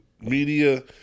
media